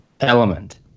element